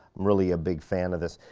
really a big fan of this.